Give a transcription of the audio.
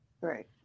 Right